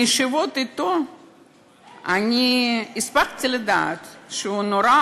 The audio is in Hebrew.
מישיבות אתו הספקתי לדעת שהוא נורא